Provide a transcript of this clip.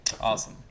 Awesome